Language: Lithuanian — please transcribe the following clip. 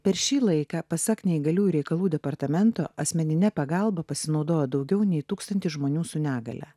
per šį laiką pasak neįgaliųjų reikalų departamento asmenine pagalba pasinaudojo daugiau nei tūkstantis žmonių su negalia